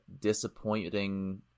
disappointing